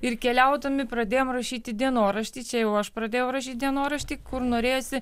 ir keliaudami pradėjom rašyti dienoraštį čia jau aš pradėjau rašyt dienoraštį kur norėjosi